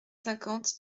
cinquante